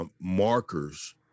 Markers